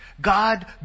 God